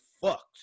fucked